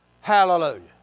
Hallelujah